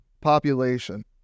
population